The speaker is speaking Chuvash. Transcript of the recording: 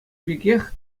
пекех